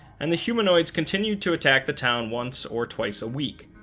and the humanoids continued to attack the town once or twice a week